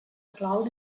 cloud